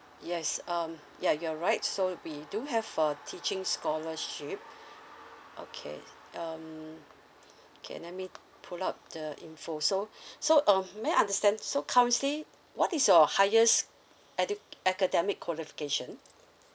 yes um ya you're right so we do have a teaching scholarship okay um K let me pull out the info so so um may I understand so currently what is your highest edu~ academic qualification